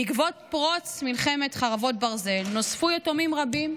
בעקבות פרוץ מלחמת חרבות ברזל נוספו יתומים רבים,